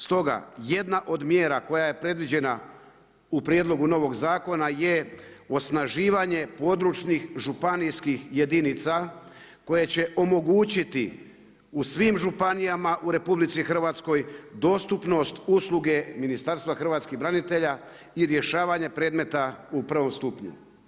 Stoga jedna od mjera koja je predviđena u prijedlogu novog zakona je osnaživanje područnih, županijskih jedinica koje će omogućiti u svim županijama u RH dostupnost usluge Ministarstva hrvatskih branitelja i rješavanja predmeta u prvom stupnju.